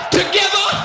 together